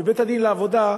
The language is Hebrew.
בבית-הדין לעבודה,